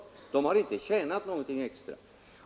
Företagen har inte tjänat någonting extra.